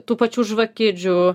tų pačių žvakidžių